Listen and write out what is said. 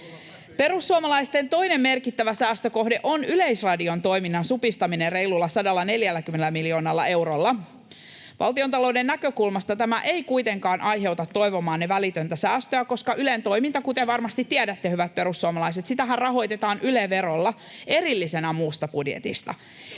Perussuomalaisten toinen merkittävä säästökohde on Yleisradion toiminnan supistaminen reilulla 140 miljoonalla eurolla. Valtiontalouden näkökulmasta tämä ei kuitenkaan aiheuta toivomaanne välitöntä säästöä, koska Ylen toimintaa, kuten varmasti tiedätte, hyvät perussuomalaiset, rahoitetaan Yle-verolla, erillisenä muusta budjetista.